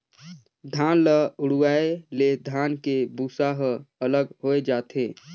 धान ल उड़वाए ले धान के भूसा ह अलग होए जाथे